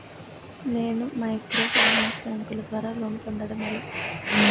నేను మైక్రోఫైనాన్స్ బ్యాంకుల ద్వారా లోన్ పొందడం ఎలా?